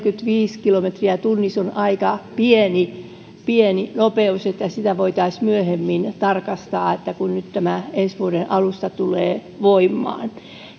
neljäkymmentäviisi kilometriä tunnissa on aika pieni pieni nopeus sitä voitaisiin myöhemmin tarkastaa kun tämä nyt ensi vuoden alusta tulee voimaan